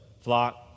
Flock